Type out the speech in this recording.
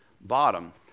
bottom